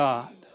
God